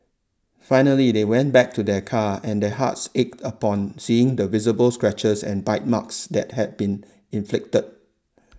finally they went back to their car and their hearts ached upon seeing the visible scratches and bite marks that had been inflicted